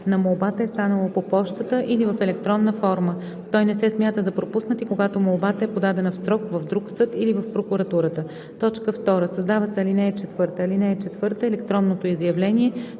на молбата е станало по пощата или в електронна форма. Той не се смята за пропуснат и когато молбата е подадена в срок в друг съд или в прокуратурата.“ 2. Създава се ал. 4: „(4) Електронното изявление,